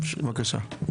בבקשה.